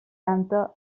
santa